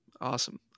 Awesome